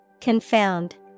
Confound